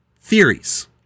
theories